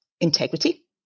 Integrity